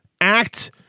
act